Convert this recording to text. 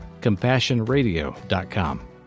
compassionradio.com